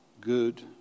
good